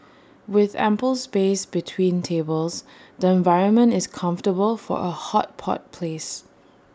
with ample space between tables the environment is comfortable for A hot pot place